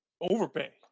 overpay